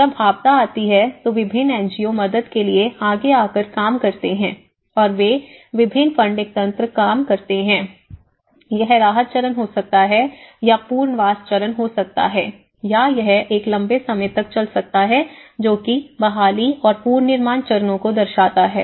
जब आपदा आती है तो विभिन्न एनजीओ मदद के लिए आगे आकर काम करते हैं और वे विभिन्न फंडिंग तंत्र काम करते हैं यह राहत चरण हो सकता है या पुनर्वास चरण हो सकता है या यह एक लंबे समय तक चल सकता है जो कि बहाली और पुनर्निर्माण चरणों को दर्शाता है